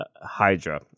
Hydra